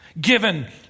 Given